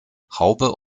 haube